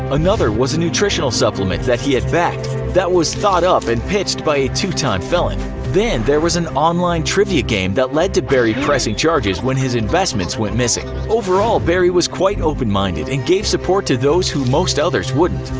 another was a nutritional supplement he had backed that was thought up and pitched by a two-time felon. then there was an online trivia game that led to barry pressing charges when his investments went missing. overall, barry was quite open-minded and gave support to those who most others wouldn't.